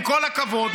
עם כל הכבוד,